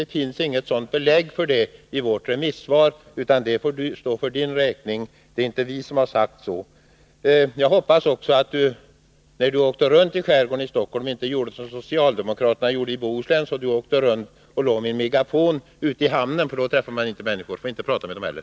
Det finns inte något belägg för det i vårt remissvar, utan det får stå för Åke Wictorssons räkning. Vi har inte sagt så. Jag hoppas också att Åke Wictorsson, när han åkte omkring i Stockholms skärgård, inte gjorde som socialdemokraterna i Bohuslän, när de låg ute i hamnarna och talade i megafon. Då träffar man inte några människor, och man får inte prata med dem heller.